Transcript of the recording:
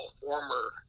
former